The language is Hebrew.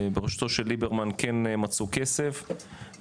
בראשו של ליברמן כן מצאו כסף,